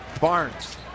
Barnes